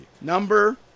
Number